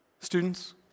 students